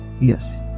yes